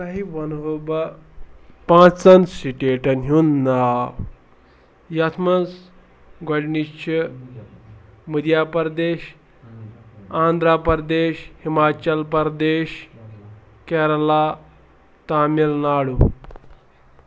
تۄہہِ وَنہو بہٕ پانٛژَن سِٹیٹَن ہُنٛد ناو یَتھ منٛز گۄڈنِچ چھِ مٔدھیہ پَردیش آنٛدھرا پَردیش ہِماچَل پَردیش کیرلا تامِل ناڈوٗ